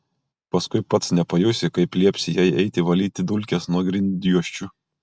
paskui pats nepajusi kaip liepsi jai eiti valyti dulkes nuo grindjuosčių